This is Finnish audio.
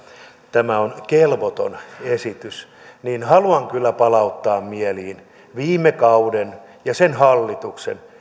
tämä on kelvoton esitys niin haluan kyllä palauttaa mieliin viime kauden ja sen hallituksen